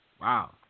Wow